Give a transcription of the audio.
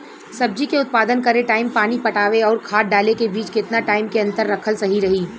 सब्जी के उत्पादन करे टाइम पानी पटावे आउर खाद डाले के बीच केतना टाइम के अंतर रखल सही रही?